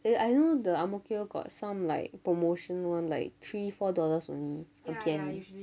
eh I know the ang mo kio got some like promotion [one] like three four dollars only you can